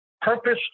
Purpose